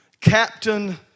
Captain